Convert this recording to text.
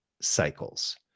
cycles